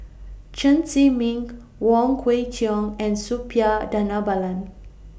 Chen Zhiming Wong Kwei Cheong and Suppiah Dhanabalan